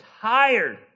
tired